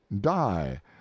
die